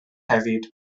hefyd